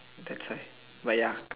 that's right but ya